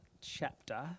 chapter